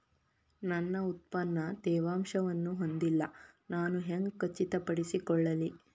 ನನ್ನ ಉತ್ಪನ್ನ ತೇವಾಂಶವನ್ನು ಹೊಂದಿಲ್ಲಾ ನಾನು ಹೆಂಗ್ ಖಚಿತಪಡಿಸಿಕೊಳ್ಳಲಿ?